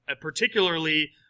particularly